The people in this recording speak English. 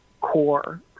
core